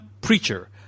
Preacher